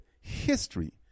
history